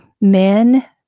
Men